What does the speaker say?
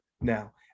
now